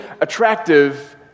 attractive